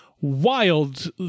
wild